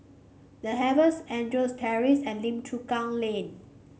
The Chevrons Andrews Terrace and Lim Chu Kang Lane